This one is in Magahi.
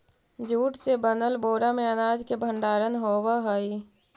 जूट से बनल बोरा में अनाज के भण्डारण होवऽ हइ